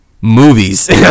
Movies